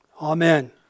Amen